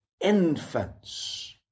infants